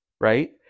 right